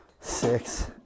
six